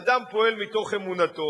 אדם פועל מתוך אמונתו.